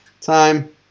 time